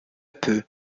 peu